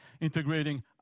integrating